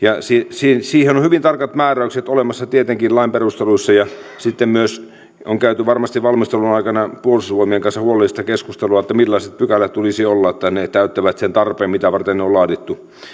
siihen siihen on on hyvin tarkat määräykset olemassa tietenkin lain perusteluissa sitten myös on käyty varmasti valmistelun aikana puolustusvoimien kanssa huolellista keskustelua millaiset pykälät tulisi olla että ne täyttävät sen tarpeen mitä varten ne on laadittu